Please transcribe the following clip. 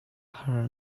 har